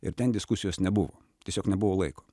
ir ten diskusijos nebuvo tiesiog nebuvo laiko